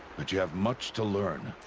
but you have much to learn.